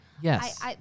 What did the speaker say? Yes